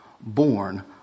born